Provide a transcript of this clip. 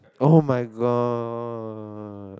oh-my-god